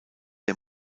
der